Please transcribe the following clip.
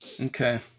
Okay